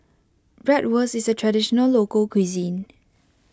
Bratwurst is a Traditional Local Cuisine